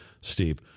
Steve